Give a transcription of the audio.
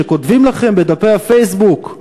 שכותבים לכם בדפי הפייסבוק,